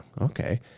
Okay